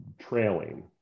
trailing